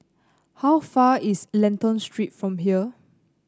how far away is Lentor Street from here